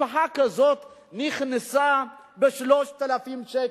משפחה כזאת נקנסה ב-3,000 שקל.